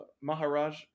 Maharaj